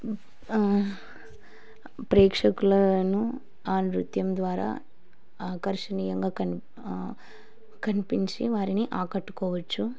ప్రేక్షకులను ఆ నృత్యం ద్వారా ఆకర్షణీయంగా క కనిపించి వారిని ఆకట్టుకోవచ్చు